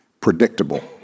predictable